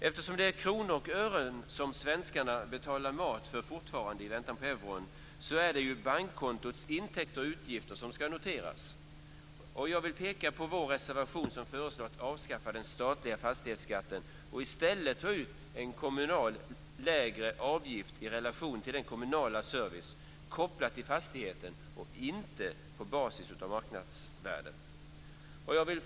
Eftersom det rör sig om kronor och ören som svenskarna fortfarande handlar mat för i väntan på euron är det bankkontots intäkter och utgifter som ska noteras. Jag vill peka på vår reservation där vi föreslår att man ska avskaffa den statliga fastighetsskatten och i stället ta ut en lägre kommunal avgift i relation till den kommunala servicen kopplad till fastigheten och inte på basis av marknadsvärdet. Fru talman!